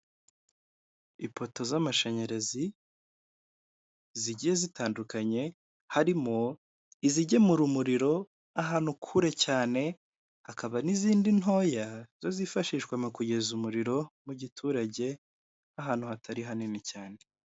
Ipoto z'amashanyarazi zigiye zitandukanye harimo izigemura umuriro ahantu kure cyane hakaba n'izindi ntoya zo zifashishwa mu kugeza umuriro mu giturage ahantu hatari hanini cyane.